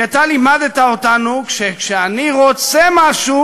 כי אתה לימדת אותנו ש"כשאני רוצה משהו,